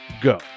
go